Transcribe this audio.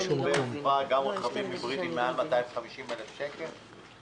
גם רכבים היברידיים של מעל 250,000 שקל.